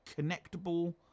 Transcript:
connectable